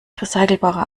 recycelbarer